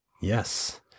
Yes